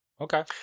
Okay